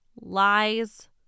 lies